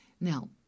Now